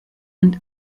und